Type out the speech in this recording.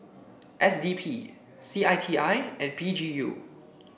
S D P C I T I and P G U